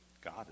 God